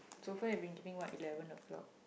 so far you've been waking what eleven to twelve o-clock